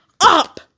up